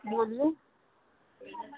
بولیے